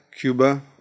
Cuba